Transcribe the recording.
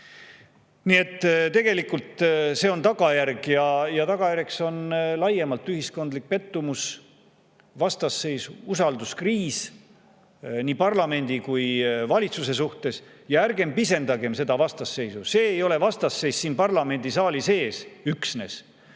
Nii et tegelikult on see tagajärg ja tagajärjeks on laiemalt ühiskondlik pettumus, vastasseis, usalduskriis nii parlamendi kui valitsuse suhtes. Ja ärgem pisendagem seda vastasseisu, see ei ole vastasseis üksnes siin parlamendisaalis, kus